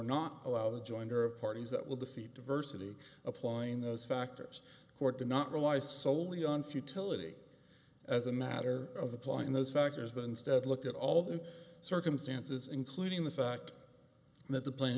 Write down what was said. not allow the joinder of parties that will defeat diversity applying those factors court to not rely soley on futility as a matter of applying those factors been stead look at all the circumstances including the fact that the pla